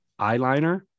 eyeliner